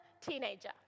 teenager